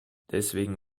deswegen